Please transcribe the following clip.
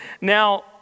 Now